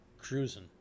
cruising